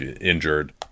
injured